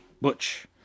Butch